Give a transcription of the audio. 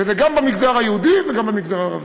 וזה גם במגזר היהודי וגם במגזר הערבי.